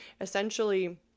essentially